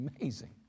amazing